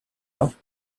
off